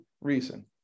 reason